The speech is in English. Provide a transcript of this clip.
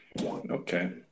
Okay